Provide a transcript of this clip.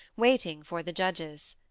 waiting for the judges.